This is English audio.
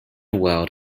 world